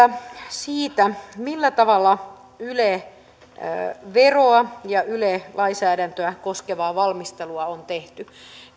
siitä millä tavalla yle veroa ja yle lainsäädäntöä koskevaa valmistelua on tehty